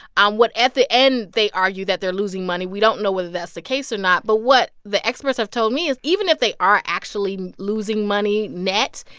and at the end, they argue that they're losing money. we don't know whether that's the case or not. but what the experts have told me is, even if they are actually losing money net,